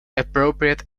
appropriate